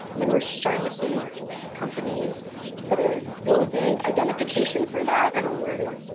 i mean, we're starting to see companies that are building identification for that and alerting.